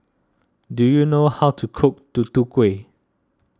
do you know how to cook Tutu Kueh